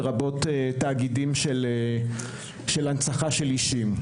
לרבות תאגידים של הנצחה של אישים.